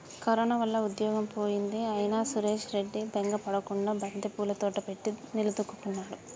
corona వల్ల ఉద్యోగం పోయింది అయినా సురేష్ రెడ్డి బెంగ పడకుండా బంతిపూల తోట పెట్టి నిలదొక్కుకున్నాడు